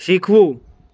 શીખવું